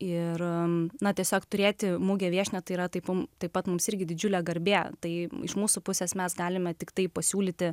ir na tiesiog turėti mugę viešnią tai yra taip mums taip pat mums irgi didžiulė garbė tai iš mūsų pusės mes galime tiktai pasiūlyti